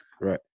right